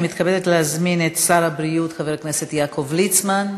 אני מתכבדת להזמין את שר הבריאות חבר הכנסת יעקב ליצמן.